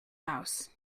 house